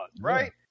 right